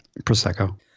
Prosecco